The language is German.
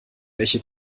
welche